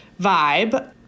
vibe